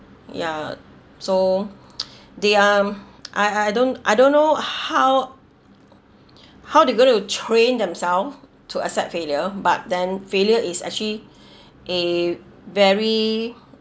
ya so they um I I don't I don't know how how to go to train themself to accept failure but then failure is actually a very